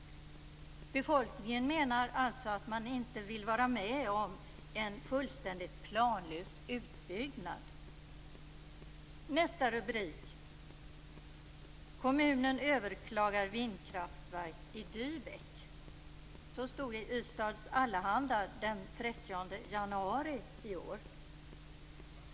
Befolkningen menar alltså att den inte vill vara med om en fullständigt planlös utbyggnad. Så stod det i Ystads Allehanda den 30 januari i år.